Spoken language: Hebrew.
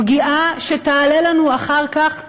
פגיעה שתעלה לנו אחר כך,